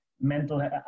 Mental